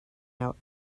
out